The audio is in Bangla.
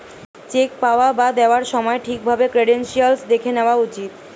চেক পাওয়া বা দেওয়ার সময় ঠিক ভাবে ক্রেডেনশিয়াল্স দেখে নেওয়া উচিত